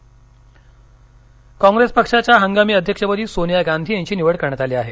सोनिया गांधी कॉप्रेस पक्षाच्या हंगामी अध्यक्षपदी सोनिया गांधी यांची निवड करण्यात आली आहे